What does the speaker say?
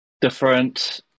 different